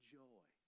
joy